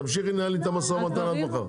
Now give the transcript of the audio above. תמשיכי לנהל איתם משא ומתן עד מחר.